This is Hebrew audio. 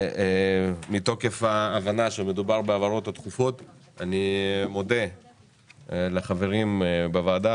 מתוקף ההבנה שמדובר בהעברות דחופות אני מודה לחברים בוועדה,